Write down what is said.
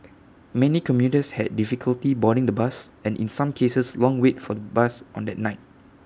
many commuters had difficulty boarding the bus and in some cases long wait for bus on that night